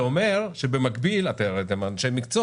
זה אומר שבמקביל הרי אתם אנשי מקצוע